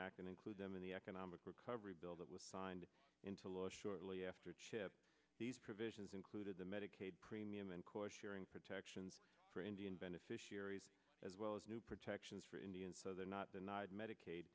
and include them in the economic recovery bill that was signed into law shortly after chip these provisions included the medicaid premium and core sharing protections for indian beneficiaries as well as new protections for indian so they are not denied medicaid